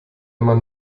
immer